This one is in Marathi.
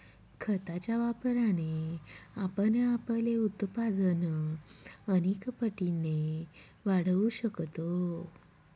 खताच्या वापराने आपण आपले उत्पादन अनेक पटींनी वाढवू शकतो